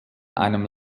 einem